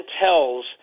tells